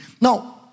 Now